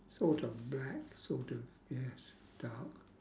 sort of black sort of yes dark